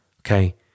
okay